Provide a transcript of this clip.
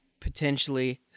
potentially